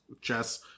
chess